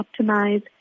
optimize